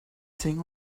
thing